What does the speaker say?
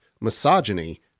misogyny